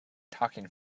talking